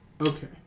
Okay